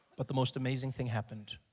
but the most amazing thing happened